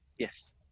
Yes